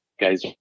guys